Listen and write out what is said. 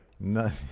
None